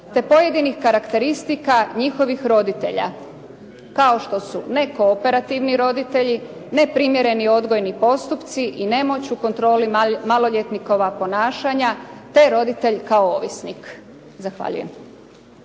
te pojedinih karakteristika njihovih roditelja kao što su nekooperativni roditelji, neprimjereni odgojni postupci i nemoć u kontroli maloljetnikova ponašanja, te roditelj kao ovisnik. Zahvaljujem.